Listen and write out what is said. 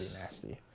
nasty